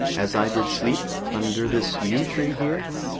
as i did sleep under this yew tree here,